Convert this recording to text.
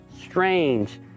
strange